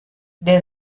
der